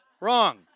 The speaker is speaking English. Wrong